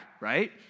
right